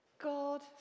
God